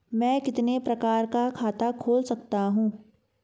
मैं कितने प्रकार का खाता खोल सकता हूँ?